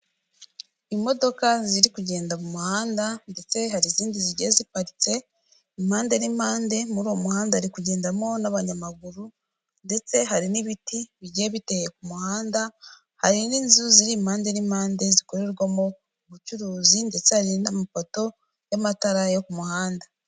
Imodoka ziri kugenda mu muhanda ndetse hari izindi zigiye ziparitse impande n'impande, muri uwo muhanda hari kugendamo n'abanyamaguru ndetse hari n'ibiti bigiye biteye ku muhanda, hari n'inzu ziri impande n'impande zikorerwamo ubucuruzi ndetse hari n'amapoto y'amatara yo ku muhanda.